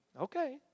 Okay